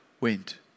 went